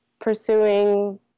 pursuing